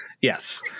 yes